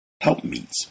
Helpmeets